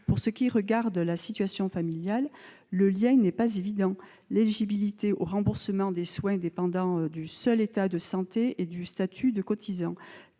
Pour ce qui regarde la situation familiale, le lien n'est pas évident, l'éligibilité au remboursement des soins dépendant du seul état de santé et du statut de cotisant.